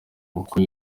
kuko